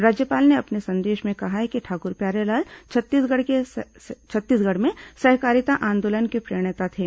राज्यपाल ने अपने संदेश में कहा है कि ठाक्र प्यारेलाल छत्तीसगढ़ में सहकारिता आंदोलन के प्रणेता थे